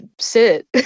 sit